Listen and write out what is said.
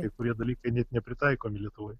kai kurie dalykai net nepritaikomi lietuvoj